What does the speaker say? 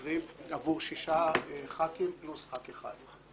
קרי, עבור שישה ח"כים פלוס ח"כ אחד.